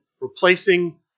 replacing